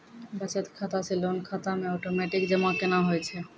बचत खाता से लोन खाता मे ओटोमेटिक जमा केना होय छै?